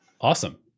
awesome